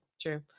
true